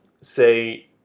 say